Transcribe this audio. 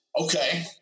Okay